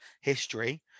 history